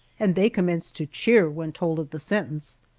and they commenced to cheer when told of the sentence,